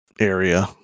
area